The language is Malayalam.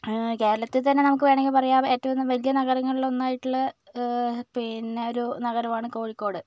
കേരളത്തിൽ തന്നെ നമുക്ക് വേണമെങ്കിൽ പറയാം ഏറ്റവും വലിയ നഗരങ്ങളിലൊന്നായിട്ടുള്ള പിന്നെ ഒരു നഗരമാണ് കോഴിക്കോട്